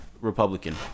Republican